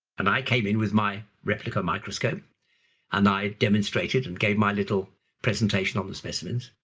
and i came in with my replica microscope and i demonstrated and gave my little presentation on the specimens.